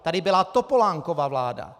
To tady byla Topolánkova vláda.